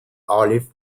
olive